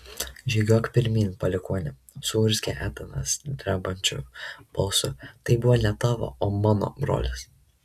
žygiuok pirmyn palikuoni suurzgė etanas drebančiu balsu tai buvo ne tavo o mano brolis